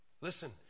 Listen